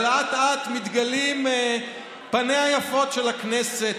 אבל אט-אט מתגלות פניה היפות של הכנסת,